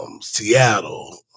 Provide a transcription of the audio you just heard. Seattle